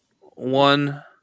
One